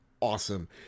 Awesome